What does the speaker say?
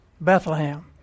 Bethlehem